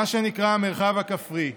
מה שנקרא "המרחב הכפרי".